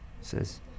says